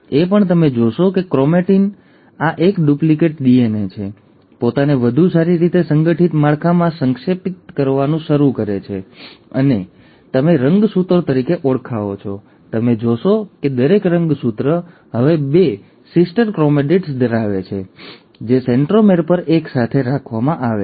તમે એ પણ જોશો કે ક્રોમેટિન બરાબર આ એક ડુપ્લિકેટ ડીએનએ છે પોતાને વધુ સારી રીતે સંગઠિત માળખામાં સંક્ષેપિત કરવાનું શરૂ કરે છે જેને તમે રંગસૂત્રો તરીકે ઓળખાવો છો અને તમે જોશો કે દરેક રંગસૂત્ર હવે બે બહેન ક્રોમેટિડ્સ ધરાવે છે જે સેન્ટ્રોમેર પર એક સાથે રાખવામાં આવે છે